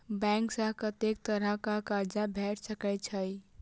Bank सऽ कत्तेक तरह कऽ कर्जा भेट सकय छई?